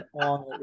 on